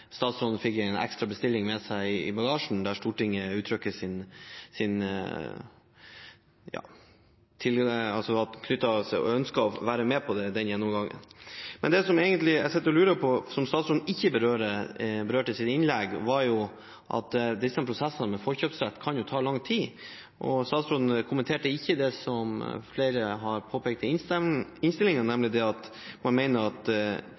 statsråden fikk en ekstra bestilling med seg i bagasjen, der Stortinget uttrykker ønske om å være med på den gjennomgangen. Men det jeg egentlig lurer på, som statsråden ikke berørte i sitt innlegg, er at disse prosessene med forkjøpsrett kan ta lang tid. Statsråden kommenterte ikke det som flere har påpekt i innstillingen, nemlig at man mener at